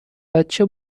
بچه